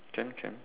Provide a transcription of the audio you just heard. can can